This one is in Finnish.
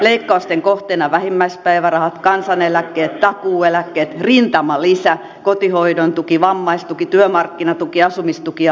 leikkausten kohteena ovat vähimmäispäivärahat kansaneläkkeet takuueläkkeet rintamalisä kotihoidon tuki vammaistuki työmarkkinatuki asumistuki ja lapsilisät